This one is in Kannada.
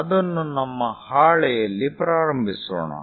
ಅದನ್ನು ನಮ್ಮ ಹಾಳೆಯಲ್ಲಿ ಪ್ರಾರಂಭಿಸೋಣ